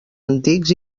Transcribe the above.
antics